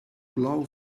blau